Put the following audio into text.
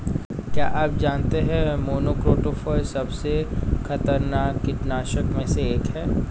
क्या आप जानते है मोनोक्रोटोफॉस सबसे खतरनाक कीटनाशक में से एक है?